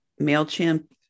MailChimp